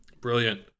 Brilliant